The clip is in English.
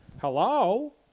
Hello